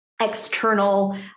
external